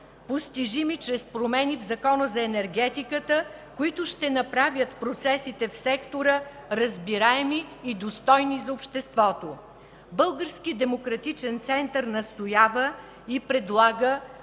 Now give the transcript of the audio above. постижими чрез промени в Закона за енергетиката, които ще направят процесите в сектора разбираеми и достойни за обществото. Българският демократичен център настоява и предлага